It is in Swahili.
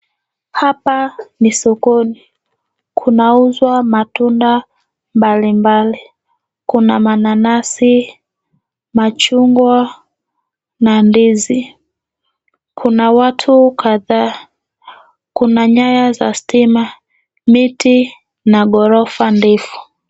Hapa ni sokoni. Kunauzwa matunda mbalimbali. Kuna mananasi, machungwa na ndizi. Kuna watu kadhaa. Kuna nyaya za stima, miti na ghorofa ndefu.